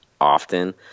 often